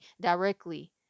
directly